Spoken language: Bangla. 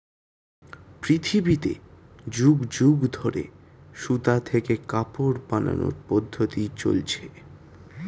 পৃথিবীতে যুগ যুগ ধরে সুতা থেকে কাপড় বানানোর পদ্ধতি চলছে